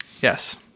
Yes